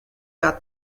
bat